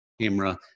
camera